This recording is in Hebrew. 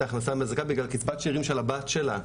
בגלל קצבת שארים של הבת שלה.